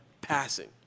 passing